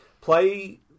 play